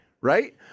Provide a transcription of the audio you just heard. right